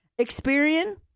Experian